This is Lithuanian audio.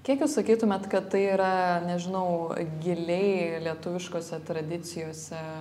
kiek jūs sakytumėt kad tai yra nežinau giliai lietuviškose tradicijose